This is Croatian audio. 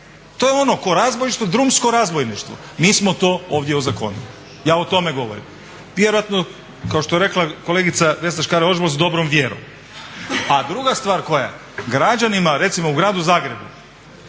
To je ono kao razbojništvo, drumsko razbojništvo, mi smo ovdje to ozakonili. Ja o tome govorim. Vjerojatno kao što je rekla kolegica Vesna Škare-Ožbolt s dobrom vjerom. A druga stvar koja, građanima recimo u gradu Zagrebu,